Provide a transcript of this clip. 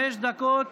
קרקעות המדינה.